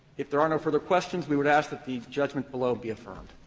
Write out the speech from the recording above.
if there are no further questions, we would ask that the judgment below be affirmed.